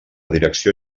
direcció